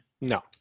No